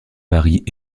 varie